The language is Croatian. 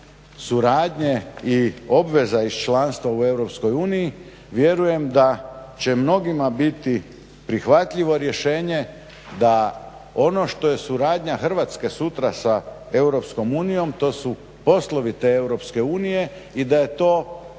suradnje i obveza iz članstva u Europskoj uniji vjerujem da će mnogima biti prihvatljivo rješenje da ono što je suradnja Hrvatske sutra sa Europskom unijom to